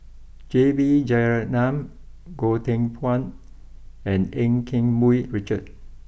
J B Jeyaretnam Goh Teck Phuan and Eu Keng Mun Richard